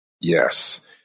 Yes